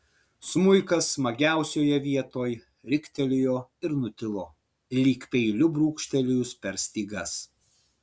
smuikas smagiausioje vietoj riktelėjo ir nutilo lyg peiliu brūkštelėjus per stygas